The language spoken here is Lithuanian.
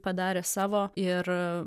padarė savo ir